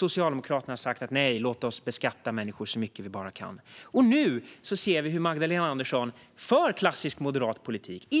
Socialdemokraterna har sagt: Nej, låt oss beskatta människor så mycket vi bara kan. Nu ser vi hur Magdalena Andersson för en klassisk moderat politik och